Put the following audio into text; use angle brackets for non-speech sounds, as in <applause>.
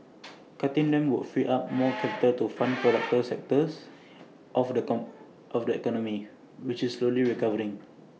<noise> cutting them would free up <noise> more capital to <noise> fund productive sectors of the com economy which is slowly <noise> recovering